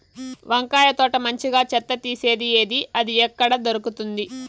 వంకాయ తోట మంచిగా చెత్త తీసేది ఏది? అది ఎక్కడ దొరుకుతుంది?